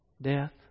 death